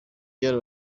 ryari